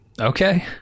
Okay